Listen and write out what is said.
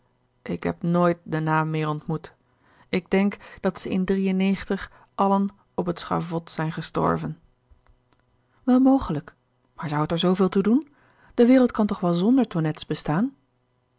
ik heb nooit den naam meer ontmoet ik denk dat ze in allen op t schavot zijn gestorven gerard keller het testament van mevrouw de tonnette wel mogelijk maar zou het er zooveel toe doen de wereld kan toch wel zonder tonnettes bestaan